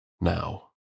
Now